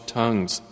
tongues